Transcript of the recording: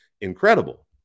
incredible